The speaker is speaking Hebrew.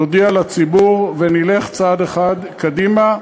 נודיע לציבור ונלך צעד אחד קדימה.